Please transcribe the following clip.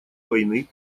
войны